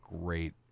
great